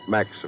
Max